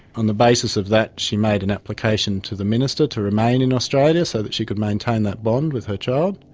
on the basis of that she made an application to the minister to remain in australia so that she could maintain that bond with her child.